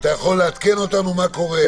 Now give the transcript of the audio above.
אתה יכול לעדכן אותנו מה קורה?